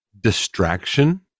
distraction